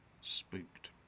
spooked